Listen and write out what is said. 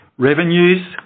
Revenues